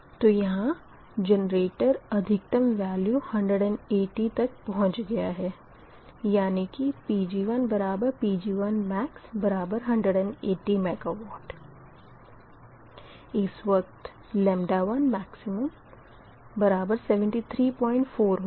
तो यहाँ जेनरेटर अधिकतम वेल्यू 180 MW तक पहुँच गया है यानी कि Pg1 Pg1max 180 MW इस वक़्त 1max734 होगा